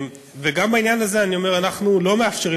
וגם בעניין הזה אני אומר: אנחנו לא מאפשרים